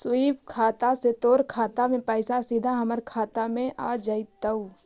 स्वीप खाता से तोर खाता से पइसा सीधा हमर खाता में आ जतउ